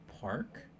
Park